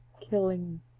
killing